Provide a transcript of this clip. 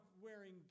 wearing